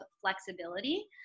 flexibility